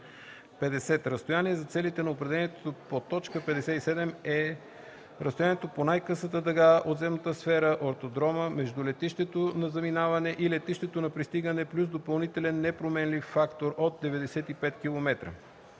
„Разстояние” за целите на определението по т. 57 е разстоянието по най-късата дъга от земната сфера (ортодрома) между летището на заминаване и летището на пристигане плюс допълнителен непроменлив фактор от 95 km.